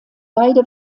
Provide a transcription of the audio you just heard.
beide